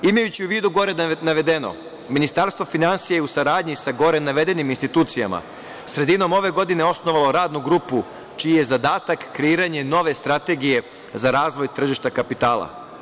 Imajući u vidu gore navedeno, Ministarstvo finansija je u saradnji sa gore navedenim institucijama, sredinom ove godine osnovalo radnu grupu čiji je zadatak kreiranje nove strategije za razvoj tržišta kapitala.